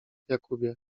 jakubie